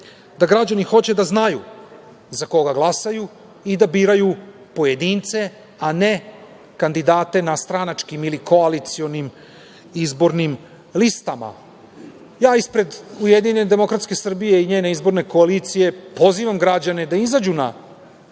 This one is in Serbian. da građani hoće da znaju za koga glasaju i da biraju pojedince, a ne kandidate na stranačkim ili koalicionim izbornim listama. Ispred Ujedinjene demokratske Srbije i njene izborne koalicije pozivam građane da izađu na